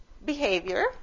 behavior